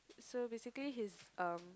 so basically he's um